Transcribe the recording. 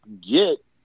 get